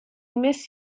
miss